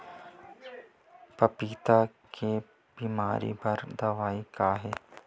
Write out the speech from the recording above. पपीता के बीमारी बर दवाई का हे?